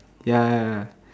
ya ya ya